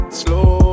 slow